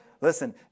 Listen